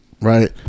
right